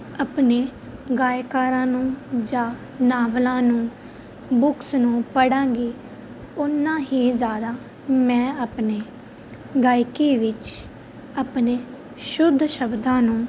ਆਪਣੇ ਗਾਇਕਾਂ ਨੂੰ ਜਾਂ ਨਾਵਲਾਂ ਨੂੰ ਬੁਕਸ ਨੂੰ ਪੜ੍ਹਾਂਗੀ ਉਨਾ ਹੀ ਜ਼ਿਆਦਾ ਮੈਂ ਆਪਣੀ ਗਾਇਕੀ ਵਿੱਚ ਆਪਣੇ ਸ਼ੁੱਧ ਸ਼ਬਦਾਂ ਨੂੰ